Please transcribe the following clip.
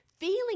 Feeling